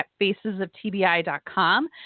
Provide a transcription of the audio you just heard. facesoftbi.com